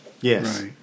Yes